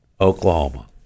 Oklahoma